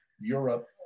Europe